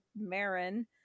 marin